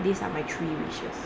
these are my three wishes